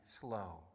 slow